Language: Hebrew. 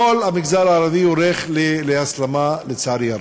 כל המגזר הערבי הולך להסלמה, לצערי הרב.